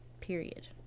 Period